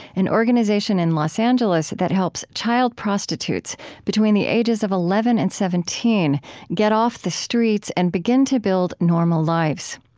an organization in los angeles angeles that helps child prostitutes between the ages of eleven and seventeen get off the streets and begin to build normal lives.